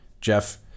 Jeff